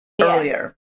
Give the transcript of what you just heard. earlier